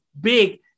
big